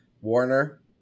warner